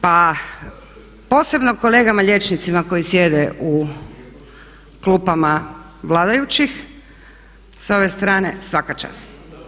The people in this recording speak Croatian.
Pa posebno kolegama liječnicima koji sjede u klupama vladajućih, sa ove strane svaka čast.